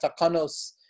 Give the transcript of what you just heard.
takanos